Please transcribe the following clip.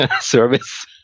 service